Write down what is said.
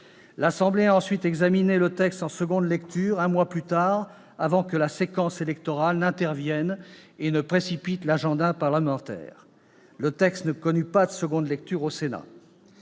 nationale a ensuite examiné le texte en seconde lecture un mois plus tard, avant que la séquence électorale n'intervienne et ne précipite l'agenda parlementaire. Le texte ne connut pas de seconde lecture au Sénat.